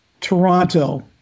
Toronto